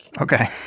Okay